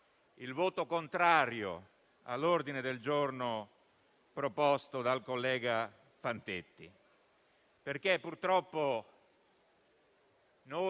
il voto contrario all'ordine del giorno proposto dal collega Fantetti.